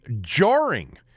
jarring